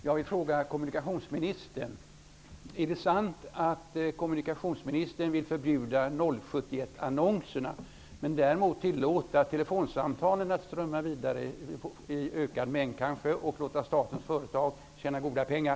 Fru talman! Jag vill fråga kommunikationsministern: Är det sant att kommunikationsministern vill förbjuda 071 annonserna men därmot tillåta telefonsamtalen strömma vidare i ökad mängd och låta statens företag tjäna goda pengar?